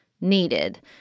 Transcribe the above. needed